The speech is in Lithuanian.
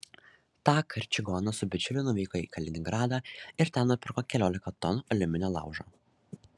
tąkart čigonas su bičiuliu nuvyko į kaliningradą ir ten nupirko keliolika tonų aliuminio laužo